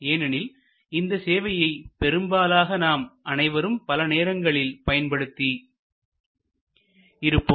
ஏனெனில் இந்த சேவையை பெரும்பாலாக நாம் அனைவரும் பல நேரங்களில் பயன்படுத்தி இருப்போம்